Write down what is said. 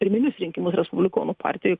pirminius rinkimus respublikonų partijoj